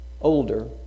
older